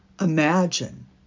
Imagine